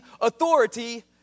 authority